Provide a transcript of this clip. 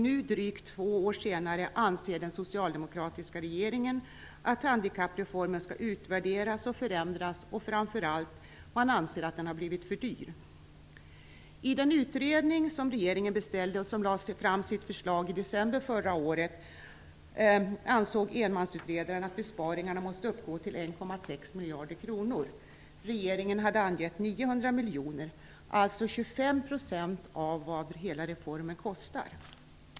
Nu, drygt två år senare, anser den socialdemokratiska regeringen att handikappreformen skall utvärderas och förändras, och framför allt: Man anser att den har blivit för dyr. I förslaget från den utredning som regeringen beställde som lades fram i december förra året ansåg enmansutredaren att besparingarna måste uppgå till 900 miljoner, alltså 25 % av vad hela reformen kostar.